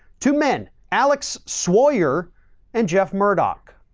two men, alex sawyer and jeff murdoch.